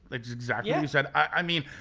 exactly and said, i mean,